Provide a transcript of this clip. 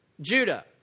Judah